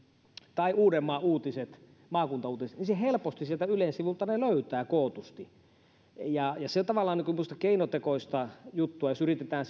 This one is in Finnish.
tai uudenmaan maakuntauutiset niin ne helposti sieltä ylen sivuilta löytää kootusti se on tavallaan minusta keinotekoista juttua jos yritetään